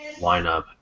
lineup